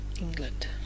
England